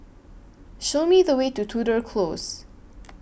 Show Me The Way to Tudor Close